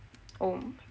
oh